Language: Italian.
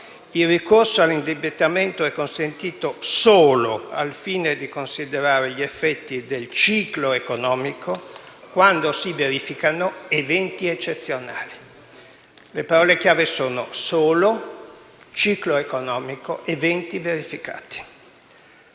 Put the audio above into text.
«Il ricorso all'indebitamento è consentito solo al fine di considerare gli effetti del ciclo economico (...) al verificarsi di eventi eccezionali». Le parole chiave sono: "solo", "ciclo economico", "verificarsi